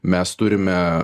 mes turime